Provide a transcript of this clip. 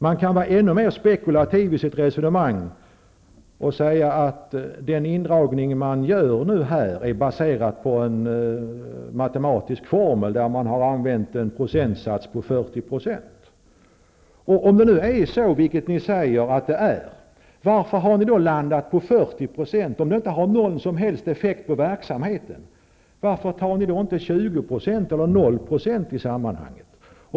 Man kan vara ännu mer spekulativ i sitt resonemang och säga att den indragning som man nu gör är baserad på en matematisk formel där man har använt en procentsats på 40 %. Om det nu är som ni säger, varför har ni då hamnat på 40 % om det inte har någon som helst betydelse på verksamheten? Varför tar ni då inte 20 % eller 0 % i sammanhanget?